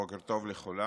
בוקר טוב לכולם.